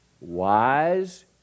Wise